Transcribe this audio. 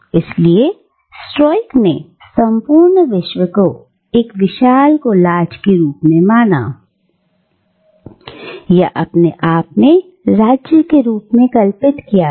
इसीलिए स्ट्राइक ने संपूर्ण विश्व को एक विशाल कॉलेज के रूप में माना या अपने आप में राज्य के रूप में कल्पित किया गया